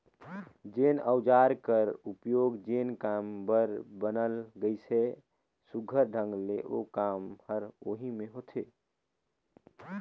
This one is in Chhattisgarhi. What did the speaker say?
जेन अउजार कर उपियोग जेन काम बर बनाल गइस अहे, सुग्घर ढंग ले ओ काम हर ओही मे होथे